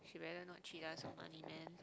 she better not cheat us our money man